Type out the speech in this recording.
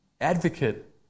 Advocate